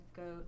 go